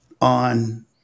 On